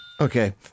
Okay